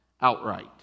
outright